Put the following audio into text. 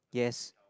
yes